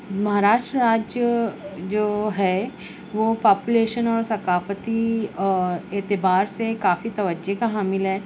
مہاراشٹر آج جو ہے وہ پاپولیشن اور ثقافتی اعتبار سے کافی توجہ کا حامل ہے